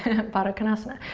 baddha konasana.